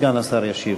סגן השר ישיב.